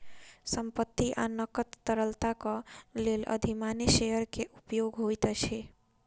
संपत्ति आ नकद तरलताक लेल अधिमानी शेयर के उपयोग होइत अछि